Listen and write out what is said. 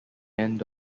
end